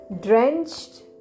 Drenched